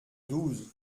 douze